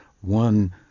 one